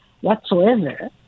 whatsoever